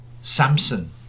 Samson